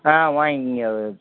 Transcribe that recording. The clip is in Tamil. ஆ வாங்கிக்குங்க அது